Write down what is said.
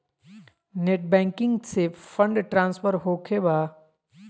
Net banking से fund transfer होखें बा?